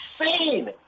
insane